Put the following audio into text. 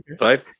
right